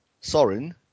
soren